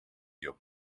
your